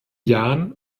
jahren